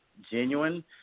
genuine